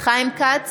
חיים כץ,